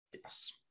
Yes